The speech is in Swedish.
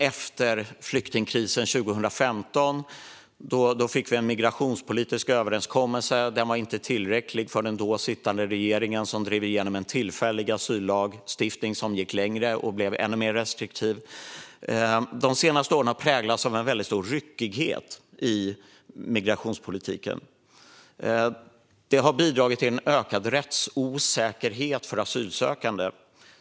Efter flyktingkrisen 2015 fick vi en migrationspolitisk överenskommelse. Den var inte tillräcklig för den då sittande regeringen, som drev igenom en tillfällig asyllagstiftning som gick längre och blev ännu mer restriktiv. De senaste åren har präglats av en väldigt stor ryckighet i migrationspolitiken. Det har bidragit till en ökad rättsosäkerhet för asylsökande.